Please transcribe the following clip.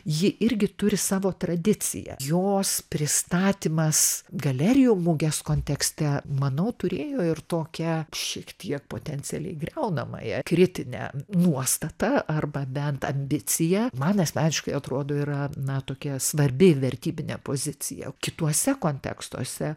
ji irgi turi savo tradiciją jos pristatymas galerijų mugės kontekste manau turėjo ir tokią šiek tiek potencialiai griaunamąją kritinę nuostatą arba bent ambiciją man asmeniškai atrodo yra na tokia svarbi vertybinė pozicija kituose kontekstuose